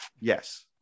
Yes